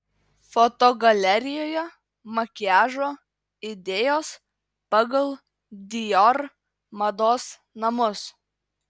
fotogalerijoje makiažo idėjos pagal dior mados namus